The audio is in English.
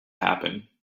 happen